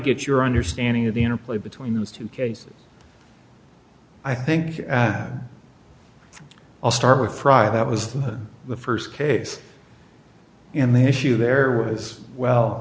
get your understanding of the interplay between those two cases i think i'll start with friday that was the first case in the issue there as well